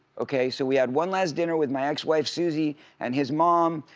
okay, so we had one last dinner with my ex-wife suzy and his mom,